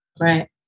Right